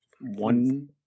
one